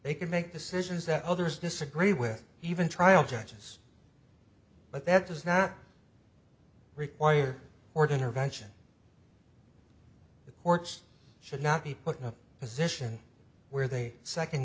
they can make decisions that others disagree with even trial judges but that does not require or dinner vention the courts should not be put in a position where they second